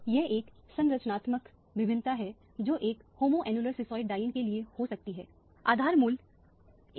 यह एक संरचनात्मक भिन्नता है जो एक होम्योन्युलर सिसोइड डाइईन के लिए हो सकती है आधार मूल्य 253 नैनोमीटर के रूप में लिया जाता है